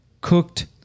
cooked